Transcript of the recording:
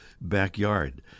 backyard